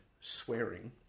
swearing